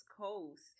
Coast